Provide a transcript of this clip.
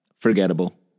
Forgettable